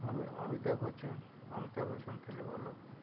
ଅମିତା ବଚ୍ଚନ ଅମିତା ବଚ୍ଚନ ଥିଲେ ଭଲ